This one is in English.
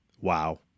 Wow